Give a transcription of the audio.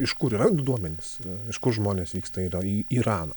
iš kur yra duomenys iš kur žmonės vyksta į iraną